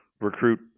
recruit